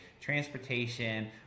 transportation